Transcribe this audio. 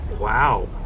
Wow